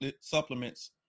supplements